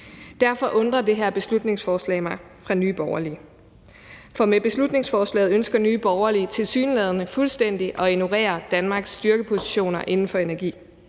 Derfor undrer det her beslutningsforslag fra Nye Borgerlige mig. For med beslutningsforslaget ønsker Nye Borgerlige tilsyneladende fuldstændig at ignorere Danmarks styrkeposition inden for energi